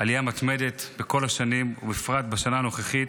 עלייה מתמדת בכל השנים, ובפרט בשנה הנוכחית.